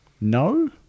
No